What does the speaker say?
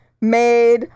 made